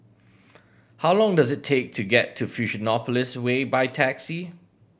how long does it take to get to Fusionopolis Way by taxi